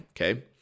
okay